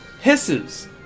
hisses